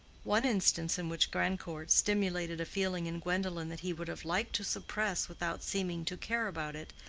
one instance in which grandcourt stimulated a feeling in gwendolen that he would have liked to suppress without seeming to care about it,